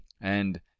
and